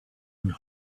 and